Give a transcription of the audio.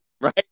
Right